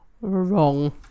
Wrong